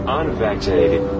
unvaccinated